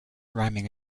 ramming